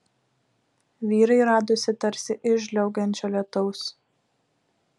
vyrai radosi tarsi iš žliaugiančio lietaus